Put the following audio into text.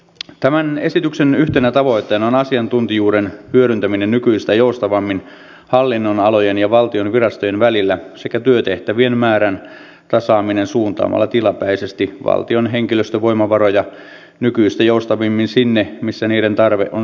tämän esityksen yhtenä tavoitteena on asiantuntijuuden hyödyntäminen nykyistä joustavammin hallinnonalojen ja valtion virastojen välillä sekä työtehtävien määrän tasaaminen suuntaamalla tilapäisesti valtion henkilöstövoimavaroja nykyistä joustavammin sinne missä niiden tarve on suurin